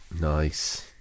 Nice